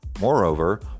Moreover